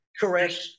Correct